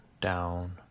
down